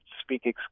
speak